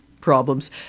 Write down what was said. problems